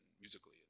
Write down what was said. musically